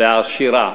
והעשירה